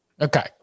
Okay